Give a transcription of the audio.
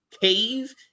cave